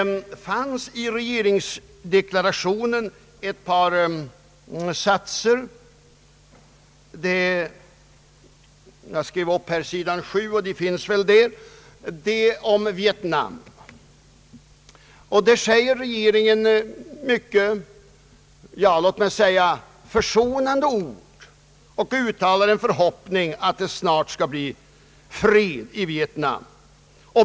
Det finns i regeringsdeklarationen på s. 7 i stencilen ett par satser om Vietnam. Där talar regeringen mycket — låt mig säga — försonande ord och uttrycker en förhoppning att det snart skall bli fred i Vietnam.